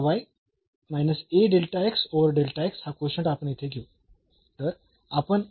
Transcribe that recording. तर हा कोशंट आपण येथे घेऊ